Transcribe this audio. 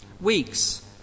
Weeks